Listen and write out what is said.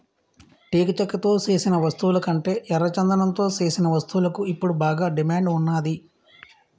టేకు చెక్కతో సేసిన వస్తువులకంటే ఎర్రచందనంతో సేసిన వస్తువులకు ఇప్పుడు బాగా డిమాండ్ ఉన్నాది